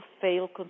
fail